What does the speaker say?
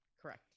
correct